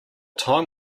time